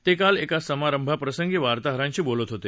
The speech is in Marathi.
ते काल एका समारंभाप्रसंगी वार्ताहरांशी बोलत होते